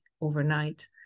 overnight